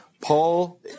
Paul